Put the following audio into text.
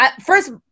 first